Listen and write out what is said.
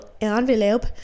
envelope